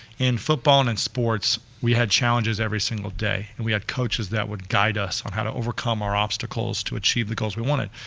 in football and in and sports, we had challenges every single day, and we had coaches that would guide us on how to overcome our obstacles to achieve the goals we wanted.